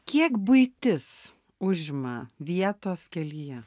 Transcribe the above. kiek buitis užima vietos kelyje